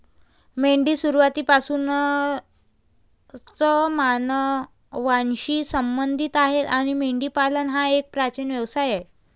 मेंढी सुरुवातीपासूनच मानवांशी संबंधित आहे आणि मेंढीपालन हा एक प्राचीन व्यवसाय आहे